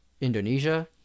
Indonesia